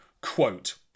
quote